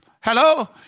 Hello